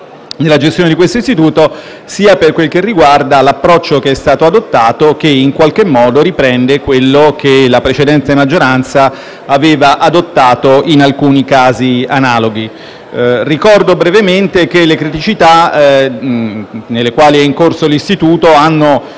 nella gestione di questo istituto, sia per quel che riguarda l'approccio che è stato adottato, che riprende quello che la precedente maggioranza aveva adottato in alcuni casi analoghi. Ricordo brevemente che le criticità nelle quali è incorso l'istituto hanno